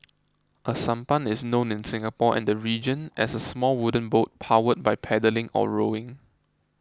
a sampan is known in Singapore and the region as a small wooden boat powered by paddling or rowing